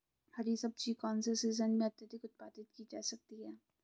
हरी सब्जी कौन से सीजन में अत्यधिक उत्पादित की जा सकती है?